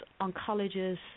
oncologists